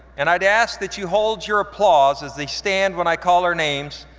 and i'd ask that you hold your applause as they stand when i call their names,